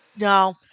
No